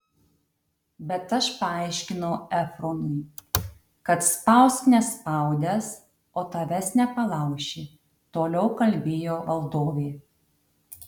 bet aš paaiškinau efronui kad spausk nespaudęs o tavęs nepalauši toliau kalbėjo valdovė